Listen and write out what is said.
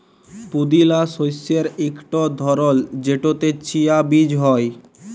পুদিলা শস্যের ইকট ধরল যেটতে চিয়া বীজ হ্যয়